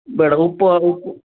ಬೇಡ ಉಪ್ಪು ಉಪ್ಪು